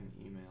email